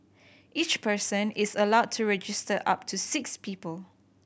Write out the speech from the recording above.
each person is allowed to register up to six people